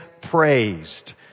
praised